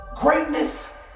Greatness